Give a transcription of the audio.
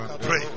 Pray